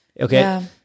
Okay